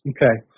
Okay